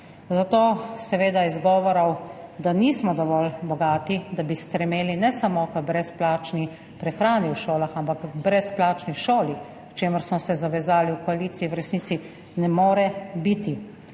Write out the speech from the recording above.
zato seveda izgovorov, da nismo dovolj bogati, da bi stremeli ne samo k brezplačni prehrani v šolah, ampak k brezplačni šoli, k čemur smo se zavezali v koaliciji, v resnici ne more biti.